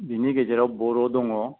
बेनि गेजेराव बर' दङ